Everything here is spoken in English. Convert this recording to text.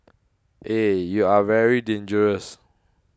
eh you are very dangerous